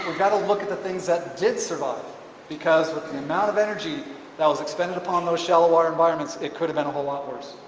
got to look at the things that did survive because with the amount of energy that was expended upon those shallow water environments it could've been a lot worse.